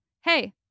hey